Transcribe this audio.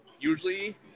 usually